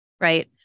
right